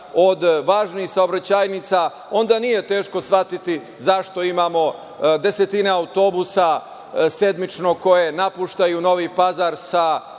od važnih saobraćajnica, onda nije teško shvatiti zašto imamo desetine autobusa sedmično koji napuštaju Novi Pazar, sa